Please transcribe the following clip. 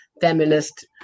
feminist